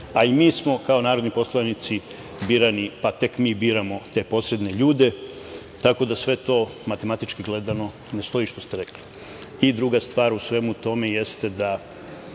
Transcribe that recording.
a i mi smo, kao narodni poslanici, birani, pa tek mi biramo te posredne ljude, tako da sve to, matematički gledano, ne stoji što ste rekli. Druga stvar u svemu tome jeste da